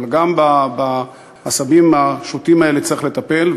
אבל גם בעשבים השוטים האלה צריך לטפל,